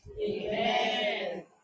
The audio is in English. Amen